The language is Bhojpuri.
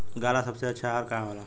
गाय ला सबसे अच्छा आहार का होला?